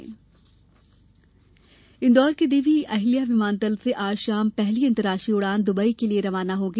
Dubai उड़ान इंदौर के देवी अहिल्या विमानतल से आज शाम पहली अंतराष्ट्रीय उडान दुबई के लिये रवाना होगी